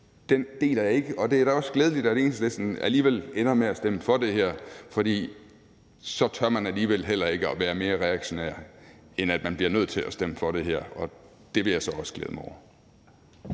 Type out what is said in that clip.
– deler jeg ikke. Og det er da også glædeligt, at Enhedslisten alligevel ender med at stemme for det her, for så tør man alligevel heller ikke at være mere reaktionær, end at man bliver nødt til at stemme for det her – og det vil jeg så også glæde mig over.